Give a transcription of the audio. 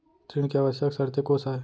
ऋण के आवश्यक शर्तें कोस आय?